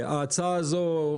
ההצעה הזו,